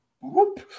whoop